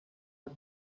the